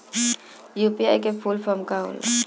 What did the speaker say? UPI का full form का होला?